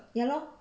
ya lor